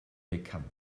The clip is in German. bekannt